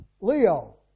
Leo